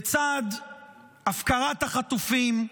בצד הפקרת החטופים,